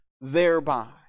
thereby